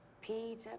Peter